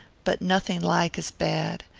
but nothing like as bad.